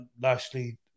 Lashley